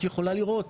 את יכולה לראות